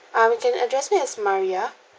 um you can address me as maria